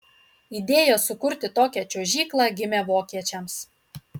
idėja sukurti tokią čiuožyklą gimė vokiečiams